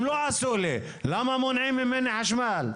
הם לא עשו לי, למה מונעים ממני חשמל?